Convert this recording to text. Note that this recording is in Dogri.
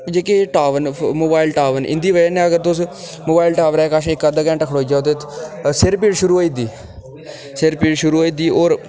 जेह्के टावर न फ मोबाईल टावर ट न इं'दी बजह कन्नै अगर तुस मोबाईल टावरै कश तुस अद्धा घैंटा खड़ोई जाओ तां सिर पीड़ शुरू होईंदी सिर पीड़ शुरू होईंदी होर